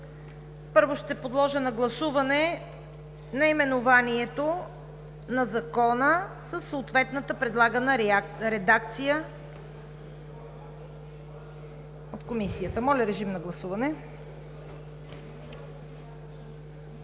Първо ще подложа на гласуване наименованието на Закона със съответната предлагана редакция от Комисията. Гласували